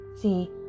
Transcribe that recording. See